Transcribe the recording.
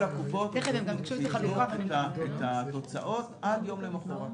הקופות יתנו את התוצאות עד יום למחרת.